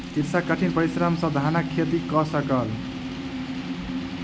कृषक कठिन परिश्रम सॅ धानक खेती कय सकल